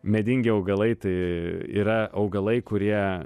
medingi augalai tai yra augalai kurie